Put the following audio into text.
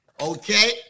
okay